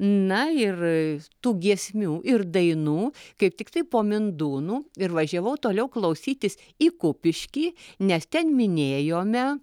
na ir tų giesmių ir dainų kaip tiktai po mindūnų ir važiavau toliau klausytis į kupiškį nes ten minėjome